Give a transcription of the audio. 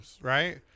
right